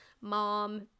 mom